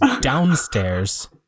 downstairs